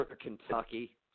Kentucky